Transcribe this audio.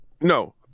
No